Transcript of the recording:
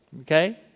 Okay